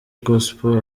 gospel